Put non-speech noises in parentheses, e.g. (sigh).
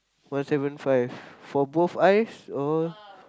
one seven five for both eyes or (noise)